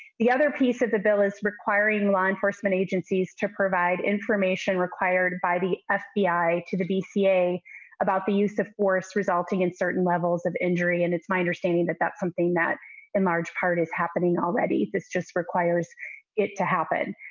the other piece of the bill is requiring law enforcement agencies to provide information required by the ah fbi to the bca about the use of force resulting in certain levels of injury and it's my understanding that that's something that in large part is happening on already this just requires it to happen.